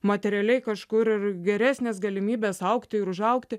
materialiai kažkur geresnės galimybės augti ir užaugti